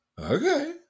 okay